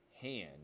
hand